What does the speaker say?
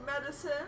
medicine